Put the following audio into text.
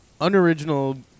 unoriginal